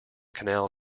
canal